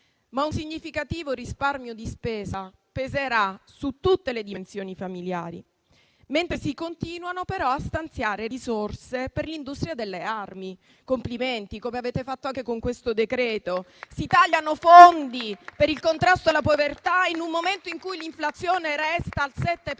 Ma un significativo risparmio di spesa peserà su tutte le dimensioni familiari, mentre si continuano a stanziare risorse per l'industria delle armi - complimenti - come avete fatto anche con questo decreto. Si tagliano fondi per il contrasto alla povertà in un momento in cui l'inflazione resta al 7